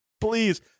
Please